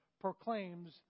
proclaims